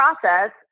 process